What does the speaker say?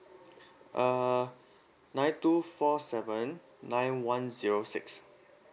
uh nine two four seven nine one zero six